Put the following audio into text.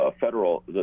federal